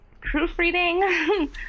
proofreading